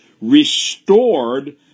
restored